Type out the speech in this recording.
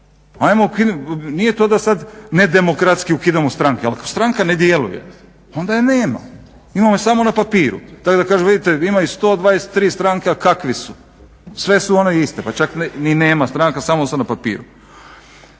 nije to da sad ne demokratski ukidamo stranke ali stranka ne djeluje onda je nema, imamo je samo na papiru, tak da kažu ima ih 123 stranke a kakvi su, sve su one iste, pa čak ni nema stranka samo su na papiru.